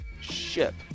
ship